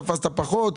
תפסת פחות.